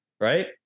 Right